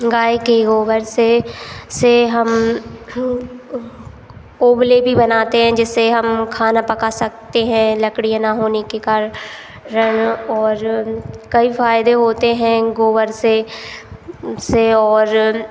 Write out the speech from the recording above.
गाय के गोबर से से हम उपलें भी बनाते हैं जिससे हम खाना पका सकते हैं लकड़ी ना होने के कारण रन और कई फायदे होते हैं गोबर से से और